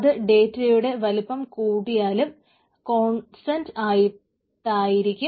അത് ഡേറ്റയുടെ വലുപ്പം കൂടിയാലും കോൺസ്റ്റന്റ് ആയിട്ടിരിക്കും